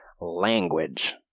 Language